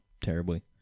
terribly